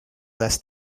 less